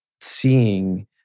seeing